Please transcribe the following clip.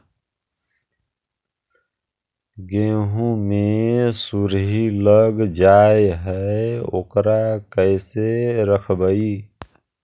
गेहू मे सुरही लग जाय है ओकरा कैसे रखबइ?